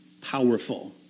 powerful